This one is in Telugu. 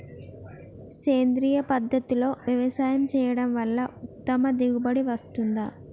సేంద్రీయ పద్ధతుల్లో వ్యవసాయం చేయడం వల్ల ఉత్తమ దిగుబడి వస్తుందా?